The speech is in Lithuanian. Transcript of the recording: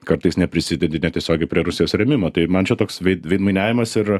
kartais neprisidedi netiesiogiai prie rusijos rėmimo tai man čia toks veid veidmainiavimas ir